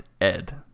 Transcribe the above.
Ed